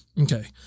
Okay